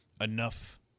enough